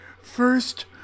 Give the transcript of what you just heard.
first